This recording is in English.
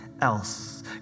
else